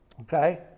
okay